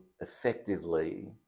effectively